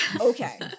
Okay